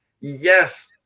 yes